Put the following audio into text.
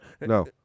No